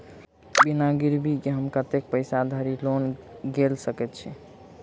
बिना गिरबी केँ हम कतेक पैसा धरि लोन गेल सकैत छी?